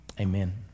Amen